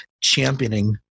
championing